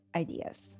ideas